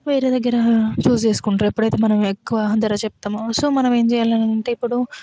వేరే దగ్గర చూజ్ చేసుకుంటరు ఎప్పుడైతే మనం ఎక్కువ ధర చెప్తామో సో మనం ఏం చేయాలంటే ఇప్పుడు